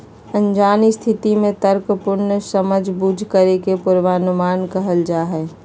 अनजान स्थिति में तर्कपूर्ण समझबूझ करे के पूर्वानुमान कहल जा हइ